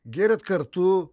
gėrėt kartu